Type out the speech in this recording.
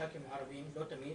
ח"כים ערביים, לא תמיד